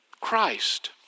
Christ